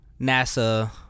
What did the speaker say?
NASA